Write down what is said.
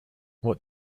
what